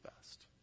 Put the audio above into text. best